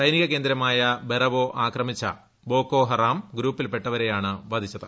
സൈനികകേന്ദ്രമായ ബറവോ ആക്രമിച്ച Boko Haram ഗ്രൂപ്പിൽപ്പെട്ടവരെയാണ് വധിച്ചത്